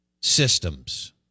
Systems